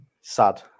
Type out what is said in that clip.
sad